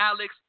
Alex